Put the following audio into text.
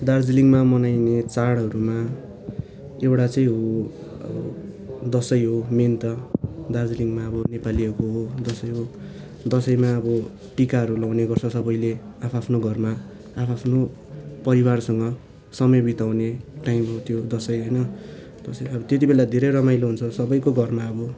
दार्जिलिङमा मनाइने चाडहरूमा एउटा चाहिँ हो दसैँ हो मेन त दार्जिलिङमा अब नेपालीहरूको हो दसैँ हो दसैँमा अब टिकाहरू लाउने गर्छ सबैले आफ्आफ्नो घरमा आफ्आफ्नो परिवारसँग समय बिताउने टाइम हो त्यो दसैँ होइन दसैँ त्यतिबेला धेरै रमाइलो हुन्छ सबैको घरमा अब